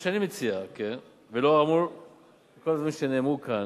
מה שאני מציע, ולאור כל הדברים שנאמרו כאן,